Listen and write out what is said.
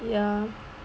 ya